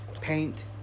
paint